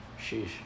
Sheesh